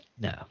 no